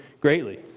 greatly